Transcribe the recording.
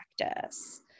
practice